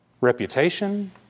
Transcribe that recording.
reputation